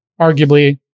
arguably